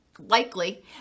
likely